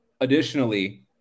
Additionally